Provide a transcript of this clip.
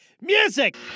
music